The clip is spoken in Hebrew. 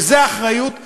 וזו האחריות שלנו.